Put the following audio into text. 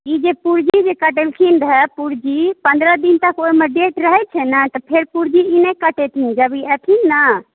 ई जे पुरजी जे कटेलखिन रहै पुरजी पनरह दिन तक ओहिमे डेट रहै छै ने तऽ फेर पुरजी ई नहि कटेथिन जब ई अइथिन ने